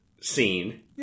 scene